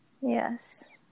Yes